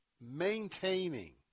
maintaining